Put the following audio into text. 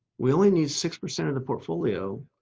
we only need six percent of the portfolio,